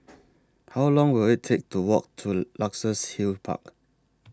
How Long Will IT Take to Walk to Luxus Hill Park